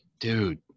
Dude